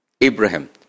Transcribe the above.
Abraham